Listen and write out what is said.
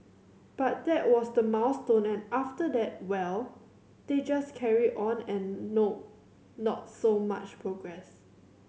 but that was the milestone and after that well they just carry on and no not so much progress